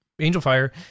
AngelFire